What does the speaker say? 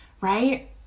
right